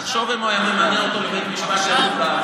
תחשוב אם הוא היה ממנה אותו לבית משפט לחוקה,